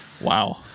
Wow